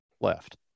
left